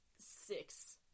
six